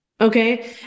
Okay